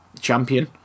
champion